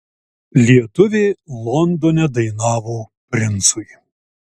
lietuvė londone dainavo princui